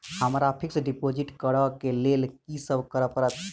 हमरा fix deposit करऽ केँ लेल की सब करऽ पड़त?